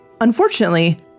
Unfortunately